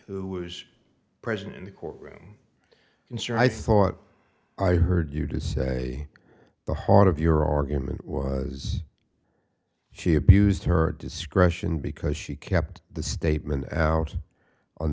who was present in the court room and sure i thought i heard you do say the heart of your argument was she abused her discretion because she kept the statement out on